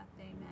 Amen